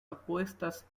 apuestas